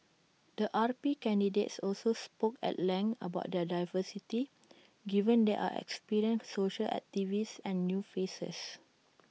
the R P candidates also spoke at length about their diversity given there are experienced social activists and new faces